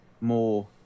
more